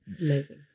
amazing